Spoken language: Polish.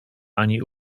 ani